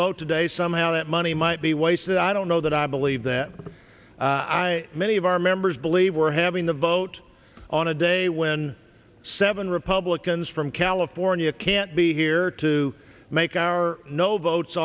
vote today somehow that money might be wasted i don't know that i believe that i and many of our members believe we're having the vote on a day when seven republicans from california can't be here to make our no votes